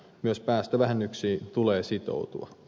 myös päästövähennyksiin tulee sitoutua